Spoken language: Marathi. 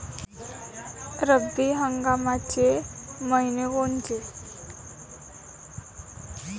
रब्बी हंगामाचे मइने कोनचे?